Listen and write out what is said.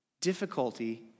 difficulty